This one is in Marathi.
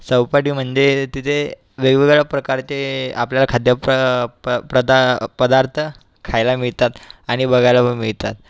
चौपाटी म्हणजे तिथे वेगवेगळ्या प्रकारचे आपल्याला खाद्य प्र प प्रदा पदार्थ खायला मिळतात आणि बघायला पण मिळतात